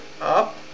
up